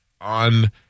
on